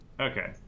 Okay